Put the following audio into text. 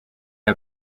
are